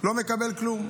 לא מקבל כלום.